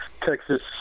Texas